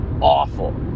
awful